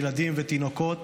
ילדים ותינוקות,